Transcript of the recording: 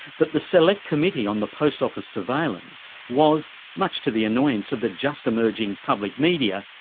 but the select committee on the post office surveillance was, much to the annoyance of the just emerging public media,